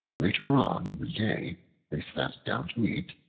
later on in the day they sat down to eat,